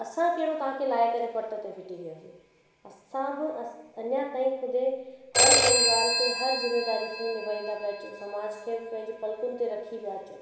पोइ असां कहिड़ो तव्हांखे लाहे करे पट ते फ़िटी कयोसीं असां बि अञा ताईं ख़ुदि जे हर परिवार खे हर ज़िम्मेदारी खे निभाईंदा पिया अचूं समाज खे बि पंहिंजी पलकुनि ते रखी पिया अचूं